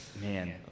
Man